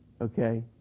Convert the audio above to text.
okay